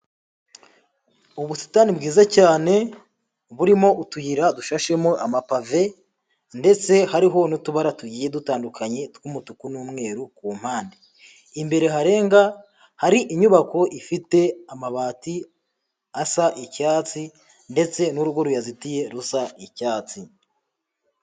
Ubusitani bwiza cyane burimo utuyira dushashemo amapave ndetse hariho n'utubara tugiye dutandukanye tw'umutuku n'umweru ku mpande, imbere harenga hari inyubako ifite amabati asa icyatsi ndetse n'urugo ruyazitiye rusa icyatsi.